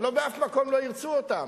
הלוא באף מקום לא ירצו אותם,